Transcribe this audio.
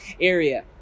area